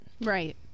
right